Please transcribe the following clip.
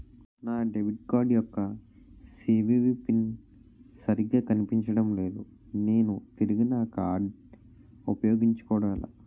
నా debit card యెక్క CVV PIN సరిగా కనిపించడం లేదు నేను తిరిగి నా కార్డ్ఉ పయోగించుకోవడం ఎలా?